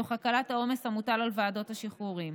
תוך הקלת העומס המוטל על ועדות השחרורים.